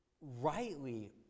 rightly